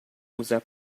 usa